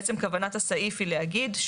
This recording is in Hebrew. בעצם כוונת הסעיף היא להגיד,